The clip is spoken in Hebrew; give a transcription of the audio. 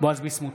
בועז ביסמוט,